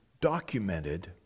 documented